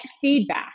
feedback